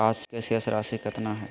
आज के शेष राशि केतना हइ?